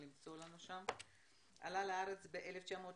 עלה לארץ ב-1990.